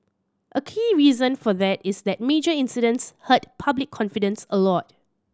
a key reason for that is that major incidents hurt public confidence a lot